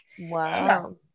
Wow